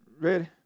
Ready